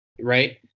right